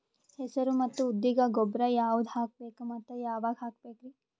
ಹೆಸರು ಮತ್ತು ಉದ್ದಿಗ ಗೊಬ್ಬರ ಯಾವದ ಹಾಕಬೇಕ ಮತ್ತ ಯಾವಾಗ ಹಾಕಬೇಕರಿ?